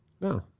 No